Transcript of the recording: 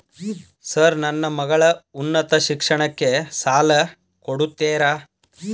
Sir ನನ್ನ ಮಗಳ ಉನ್ನತ ಶಿಕ್ಷಣಕ್ಕೆ ಸಾಲ ಕೊಡುತ್ತೇರಾ?